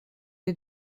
les